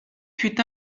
fut